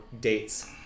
dates